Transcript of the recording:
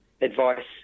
advice